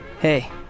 Hey